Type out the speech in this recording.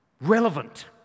relevant